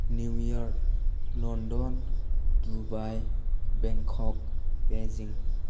New York London Dubai Bangkok Beijing